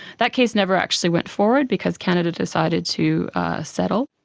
that case never actually went forward because canada decided to settle.